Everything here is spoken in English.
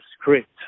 script